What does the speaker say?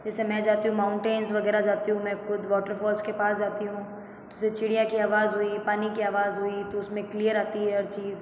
जैसे मैं जाती हूँ माउंटेन्स वगैरह जाती हूँ मैं खुद वॉटर फ़ॉल्स के पास जाती हूँ जैसे चिड़िया की आवाज़ हुई पानी की आवाज़ हुई तो उसमें क्लियर आती है हर चीज़